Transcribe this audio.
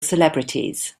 celebrities